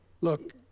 Look